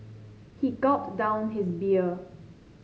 he gulped down his beer